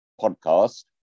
podcast